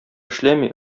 эшләми